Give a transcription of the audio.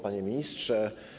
Panie Ministrze!